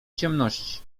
ciemności